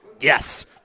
Yes